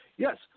Yes